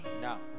Now